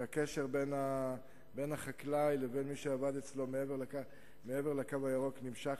והקשר בין החקלאי לבין מי שעבד אצלו מעבר ל"קו הירוק" נמשך,